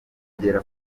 kugera